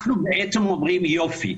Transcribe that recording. אנחנו בעצם אומרים: יופי.